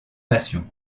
nations